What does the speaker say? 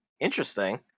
Interesting